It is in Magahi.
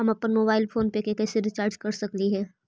हम अप्पन मोबाईल फोन के कैसे रिचार्ज कर सकली हे?